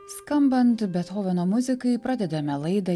skambant bethoveno muzikai pradedame laidą